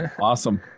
Awesome